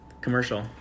commercial